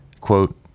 Quote